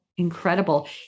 Incredible